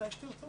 מתי שתרצו.